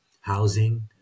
housing